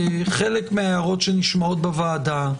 שחלק מההערות שנשמעות בוועדה,